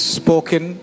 spoken